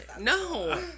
No